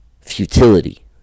futility